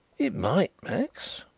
it might, max,